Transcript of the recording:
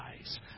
eyes